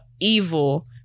evil